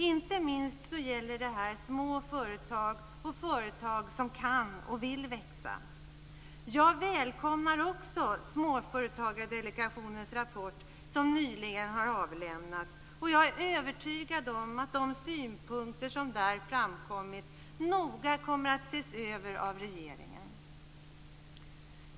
Inte minst gäller detta små företag och företag som kan och vill växa. Jag välkomnar därför Småföretagardelegationens rapport som nyligen avlämnats. Jag är övertygad om att de synpunkter som där framkommit noga kommer att studeras av regeringen.